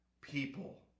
people